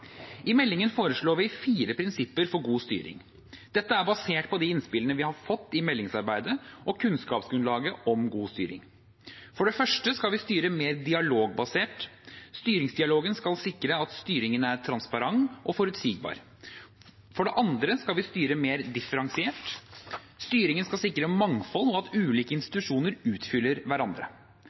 I meldingen foreslår vi fire prinsipper for god styring. Dette er basert på de innspillene vi har fått i meldingsarbeidet, og kunnskapsgrunnlaget om god styring. For det første skal vi styre mer dialogbasert. Styringsdialogen skal sikre at styringen er transparent og forutsigbar. For det andre skal vi styre mer differensiert. Styringen skal sikre mangfold og at ulike institusjoner utfyller hverandre.